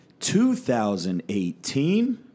2018